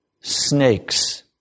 snakes